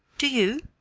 do you?